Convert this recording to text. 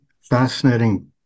fascinating